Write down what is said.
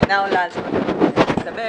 אינה עולה על 12 חודשים במצטבר.